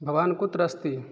भवान् कुत्रास्ति